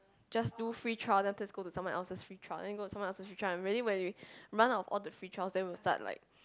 just do free trail then afterwards go to someone else free trail and go to someone else free trail and really when we run out of all the free trails then we'll start like